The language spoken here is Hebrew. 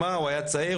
'מה הוא היה צעיר,